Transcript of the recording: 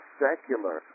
secular